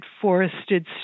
forested